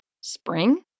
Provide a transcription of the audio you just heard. Spring